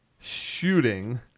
shooting